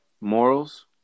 morals